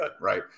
right